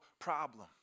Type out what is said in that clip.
problem